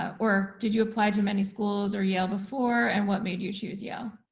ah or did you apply to many schools or yale before and what made you choose yeah